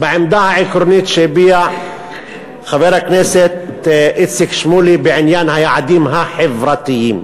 בעמדה העקרונית שהביע חבר הכנסת איציק שמולי בעניין היעדים החברתיים.